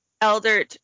elder